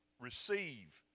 receive